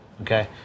okay